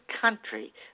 country